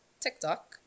TikTok